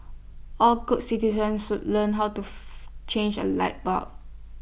all good citizens should learn how to change A light bulb